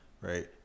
Right